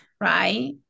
right